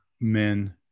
men